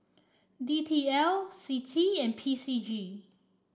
D T L C T I and P C G